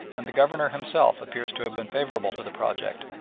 and the governor himself appears to have been favourable to the project,